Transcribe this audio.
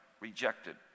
rejected